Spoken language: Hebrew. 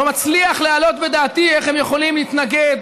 אני לא מצליח להעלות בדעתי איך הם יכולים להתנגד